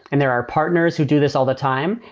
and there are partners who do this all the time,